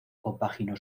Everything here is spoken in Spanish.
compaginó